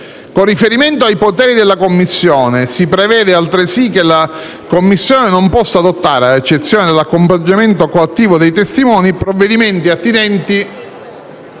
Con riferimento ai poteri della Commissione si prevede altresì che la Commissione non possa adottare, ad eccezione dell'accompagnamento coattivo dei testimoni, provvedimenti attinenti